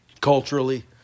Culturally